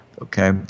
Okay